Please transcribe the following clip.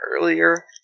earlier